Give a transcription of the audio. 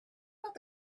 about